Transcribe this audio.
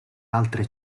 altre